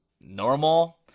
normal